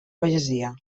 pagesia